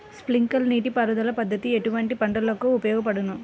Sprinkler నీటిపారుదల పద్దతి ఎటువంటి పంటలకు ఉపయోగపడును?